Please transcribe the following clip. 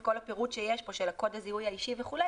כל הפירוט שיש פה לגבי קוד זיהוי אישי וכו',